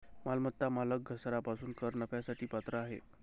मालमत्ता मालक घसारा पासून कर नफ्यासाठी पात्र आहे